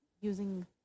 using